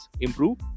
improve